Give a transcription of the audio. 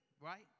right